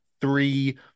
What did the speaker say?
three